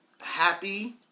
happy